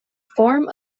form